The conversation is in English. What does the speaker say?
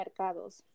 mercados